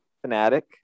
fanatic